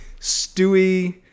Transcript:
stewie